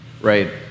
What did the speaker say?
right